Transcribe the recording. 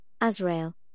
Azrael